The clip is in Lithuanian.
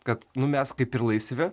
kad nu mes kaip ir laisvi